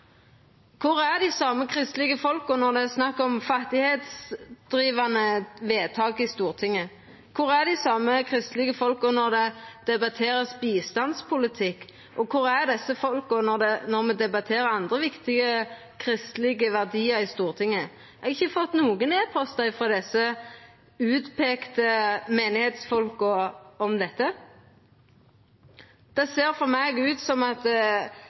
Kor er dei same kristelege folka når det er snakk om fattigdomsdrivande vedtak i Stortinget? Kor er dei same kristelege folka når bistandspolitikken vert debattert ? Og kor er desse folka når me debatterer andre viktige kristelege verdiar i Stortinget? Eg har ikkje fått nokon e-postar frå desse utpeikte kyrkjelydsfolka om dette. Det ser for meg ut som at